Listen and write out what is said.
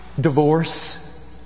Divorce